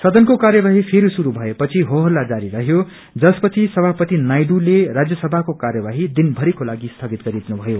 सदनको कार्यवाही फेरि श्रुरू भए पछि हो हल्ला जारी रहयो जसपछि समापति नायडूले राज्यसमाको कार्यवाही दिनभरिकोलागि स्थगित गरिदिनु भयो